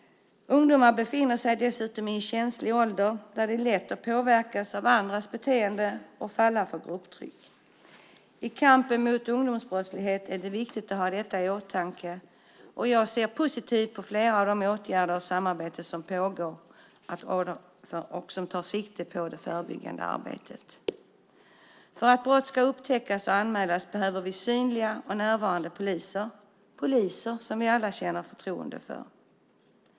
Ungdomar befinner sig dessutom i en känslig ålder där det är lätt att påverkas av andras beteende och falla för grupptrycket. I kampen mot ungdomsbrottsligheten är det viktigt att ha detta i åtanke, och jag ser positivt på att flera av de åtgärder och samarbeten som pågår tar sikte just på det förebyggande arbetet. För att brott ska upptäckas och anmälas behöver vi synliga och närvarande poliser - poliser som vi alla känner förtroende för.